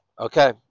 Okay